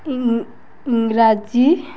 ଇଂରାଜୀ